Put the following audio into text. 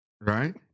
Right